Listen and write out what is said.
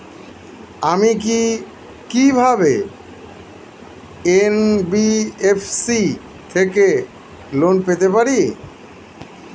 আমি কি কিভাবে এন.বি.এফ.সি থেকে লোন পেতে পারি?